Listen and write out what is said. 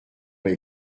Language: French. pas